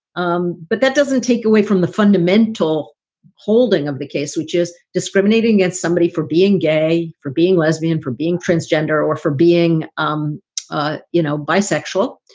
um but that doesn't take away from the fundamental holding of the case, which is discriminating against somebody for being gay, for being lesbian, for being transgender or for being um ah you know bisexual.